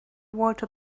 walter